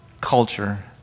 culture